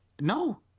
No